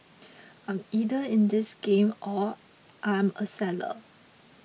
I'm either in this game or I am a seller